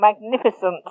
magnificent